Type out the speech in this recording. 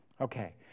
Okay